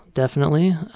definitely.